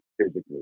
physically